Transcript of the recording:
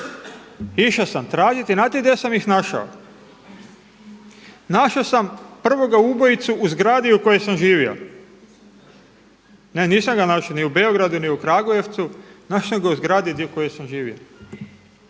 išao sam tražiti i znate gdje sam ih našao, našao sam prvoga ubojici u zgradi u kojoj sam živio. Ne nisam ga našao ni u Beogradu ni u Kragujevcu, našao sam ga u zgradi u kojoj sam živio.